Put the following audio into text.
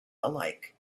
alike